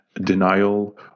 denial